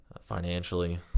financially